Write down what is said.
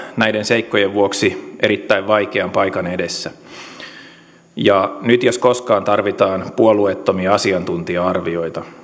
näiden seikkojen vuoksi erittäin vaikean paikan edessä nyt jos koskaan tarvitaan puolueettomia asiantuntija arvioita